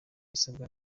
isabwa